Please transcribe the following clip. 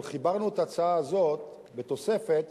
אבל חיברנו את ההצעה הזאת בתוספת